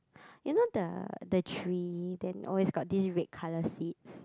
you know the the tree then always got these red colour seeds